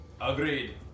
Agreed